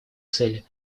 цели